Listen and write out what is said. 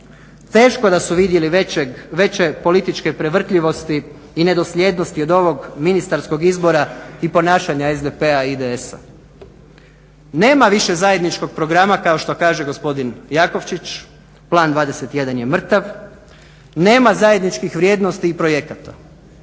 teško da su vidjeli veće političke prevrtljivosti i nedosljednosti od ovog ministarskog izbora i ponašanja SDP-a i IDS-a. Nema više zajedničkog programa kao što kaže gospodin Jakovčić, Plan 21 je mrtav, nema zajedničkih vrijednosti i projekata.